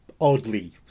oddly